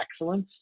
excellence